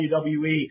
WWE